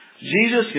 Jesus